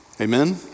Amen